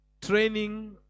training